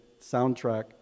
soundtrack